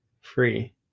free